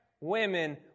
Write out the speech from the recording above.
women